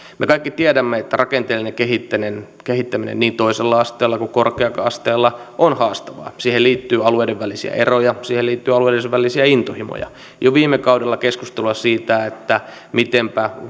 me kaikki tiedämme että rakenteellinen kehittäminen kehittäminen niin toisella asteella kuin korkea asteella on haastavaa siihen liittyy alueiden välisiä eroja siihen liittyy alueiden välisiä intohimoja jo viime kaudella käytiin keskustelua siitä miten